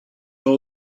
all